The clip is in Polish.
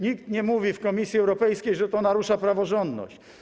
Nikt nie mówi w Komisji Europejskiej, że to narusza praworządność.